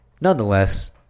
nonetheless